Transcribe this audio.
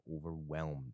overwhelmed